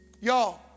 Y'all